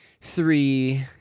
three